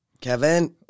Kevin